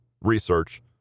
research